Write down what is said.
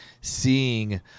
seeing